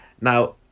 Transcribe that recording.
Now